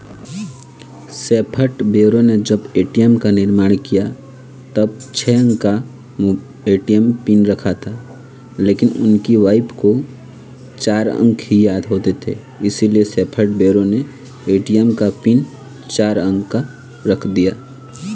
ATM PIN चार अंक के का बर करथे?